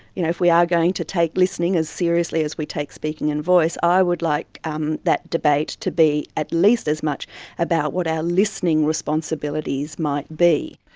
you know if we are going to take listening as seriously as we take speaking and voice, i would like um that debate to be at least as much about what our listening responsibilities might be.